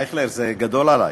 אייכלר, זה גדול עלי.